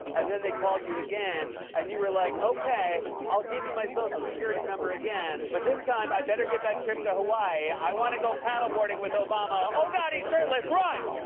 and then they called you again and you were like, okay, i'll give you my social security number again, but this time, i'd better get that trip to hawaii. i want to go paddleboarding with obama. oh, god, he's shirtless! run!